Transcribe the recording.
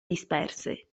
disperse